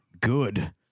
good